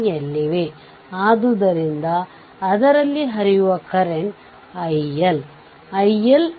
18 ರಲ್ಲಿ V TH ಇದಕ್ಕೆ ಸಮನಾಗಿರುವ ಚಿತ್ರದಲ್ಲಿ 2 ಸರ್ಕ್ಯೂಟ್ಗಳನ್ನು ಊಹಿಸಿಕೊಳ್ಳಿ ಅಂದರೆ ಇದು ಲೀನಿಯರ್ 2 ಟರ್ಮಿನಲ್ ಸರ್ಕ್ಯೂಟ್ ಆಗಿದೆ ಇದರರ್ಥ ಈ ಸರ್ಕ್ಯೂಟ್